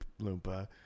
Loompa